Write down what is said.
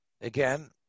Again